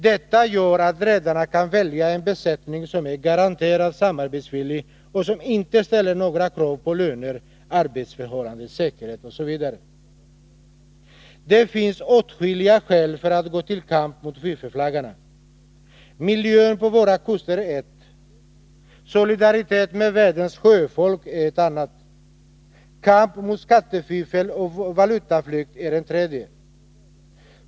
Detta gör att redarna kan välja en besättning som är garanterat samarbetsvillig och som inte ställer några krav på löner, arbetsförhållanden, säkerhet osv. Det finns åtskilliga skäl för att ta upp en kamp mot fiffelflaggarna. Miljön vid våra kuster är ett. Solidariteten med världens sjöfolk är ett annat. Kampen mot skattefiffel och valutaflykt är ett tredje.